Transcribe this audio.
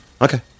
okay